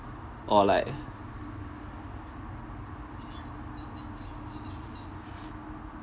or like